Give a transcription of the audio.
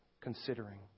considering